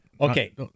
Okay